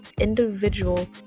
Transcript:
individual